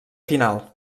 final